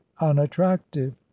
unattractive